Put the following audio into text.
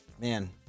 man